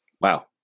Wow